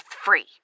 free